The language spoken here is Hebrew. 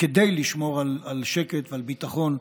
כדי לשמור על שקט ועל ביטחון,